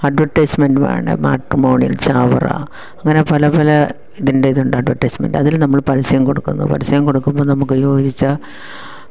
അട്വെര്ട്ടൈസ്മെന്റ്വാണ് matrimonial ചാവറ അങ്ങനെ പല പല ഇതിന്റെ ഇതുണ്ട് അട്വെര്ട്ടൈസ്മെന്റ് അതില് നമ്മൾ പരസ്യം കൊടുക്കുന്നു പരസ്യം കൊടുക്കുമ്പം നമുക്ക് യോജിച്ച